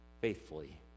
faithfully